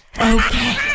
Okay